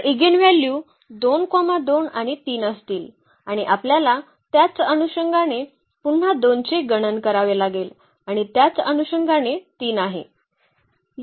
तर इगेनव्ह्ल्यू 2 2 आणि 3 असतील आणि आपल्याला त्याच अनुषंगाने पुन्हा 2 चे गणन करावे लागेल आणि त्याच अनुषंगाने 3 आहे